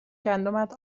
گندمت